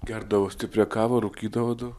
gerdavo stiprią kavą rūkydavo daug